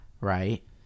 Right